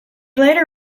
later